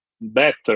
better